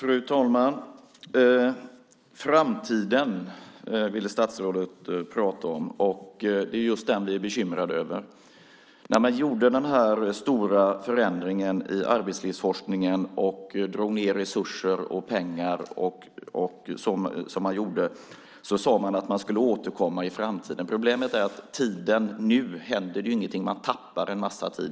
Fru talman! Framtiden ville statsrådet prata om, och det är just den vi är bekymrade över. När man gjorde den här stora förändringen i arbetslivsforskningen och drog ned resurser och pengar sade man att man skulle återkomma i framtiden. Problemet är att det inte händer någonting nu, och man tappar en massa tid.